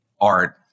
art